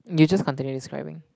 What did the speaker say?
you just continue describing